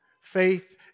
Faith